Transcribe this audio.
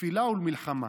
לתפילה ולמלחמה.